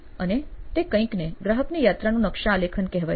અને તે કંઈકને ગ્રાહકની યાત્રાનું નકશા આલેખન કહેવાય છે